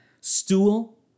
Stool